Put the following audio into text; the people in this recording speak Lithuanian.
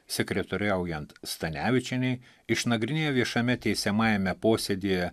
sekretoriaujant stanevičienei išnagrinėję viešame teisiamajame posėdyje